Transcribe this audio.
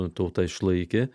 tauta išlaikė